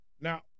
Now